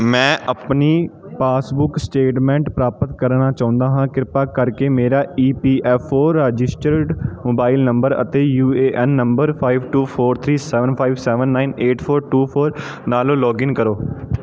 ਮੈਂ ਆਪਣੀ passbook statement ਪ੍ਰਾਪਤ ਕਰਨਾ ਚਾਹੁੰਦਾ ਹਾਂ ਕਿਰਪਾ ਕਰਕੇ ਮੇਰਾ E P F O registered mobile number ਅਤੇ U A N number five two four three seven five seven nine eight four two four ਨਾਲ ਲੌਗਇਨ ਕਰੋ